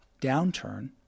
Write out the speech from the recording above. downturn